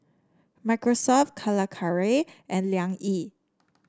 Microsoft Calacara and Liang Yi